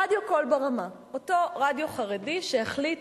רדיו "קול ברמה", אותו רדיו חרדי שהחליט,